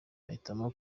ahitamo